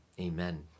Amen